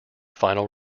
final